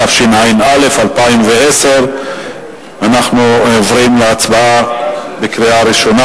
התשע"א 2010. אנחנו עוברים להצבעה בקריאה ראשונה.